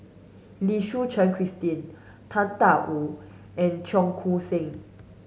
Lim Suchen Christine Tang Da Wu and Cheong Koon Seng